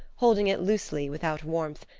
holding it loosely without warmth,